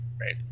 Right